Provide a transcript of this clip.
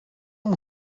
μου